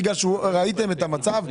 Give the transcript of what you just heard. בגלל שראיתם את המצב,